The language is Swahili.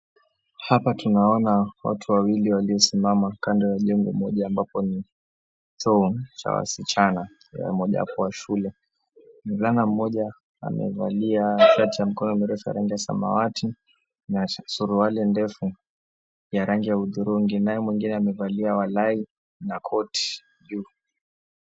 Hapa tunaona watu wawili waliosimama kando ya njengo moja ambapo ni choo cha wasichana iwemojapo ya shule, mvulana moja amevalia shati ya mikono mirefu na rangi ya samawati na suruali ndefu ya rangi ya hudhurungi, naye mwingine amevalia walai na koti juu.